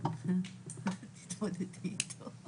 תודה על ההזדמנות.